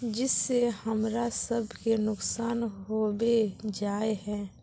जिस से हमरा सब के नुकसान होबे जाय है?